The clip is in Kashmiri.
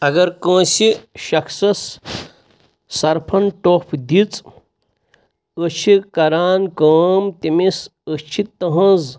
اگر کٲنٛسہِ شخصس سرفن ٹوٚپھ دِژ أسۍ چھِ کران کٲم تٔمِس أسۍ چھ تٕہٕنٛز